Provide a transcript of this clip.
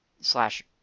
slash